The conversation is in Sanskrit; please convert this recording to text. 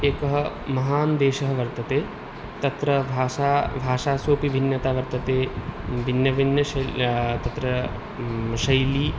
एकः महान् देशः वर्तते तत्र भाषा भाषासुपि भिन्नता वर्तते भिन्ना भिन्ना शैल् तत्र शैली